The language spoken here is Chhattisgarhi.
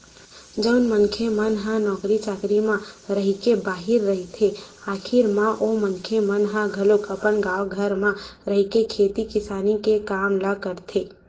जउन मनखे मन ह नौकरी चाकरी म रहिके बाहिर रहिथे आखरी म ओ मनखे मन ह घलो अपन गाँव घर म रहिके खेती किसानी के काम ल करथे